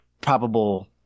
probable